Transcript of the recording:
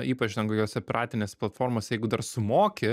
ypač ten kokiose piratinėse platformose jeigu dar sumoki